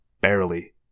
Barely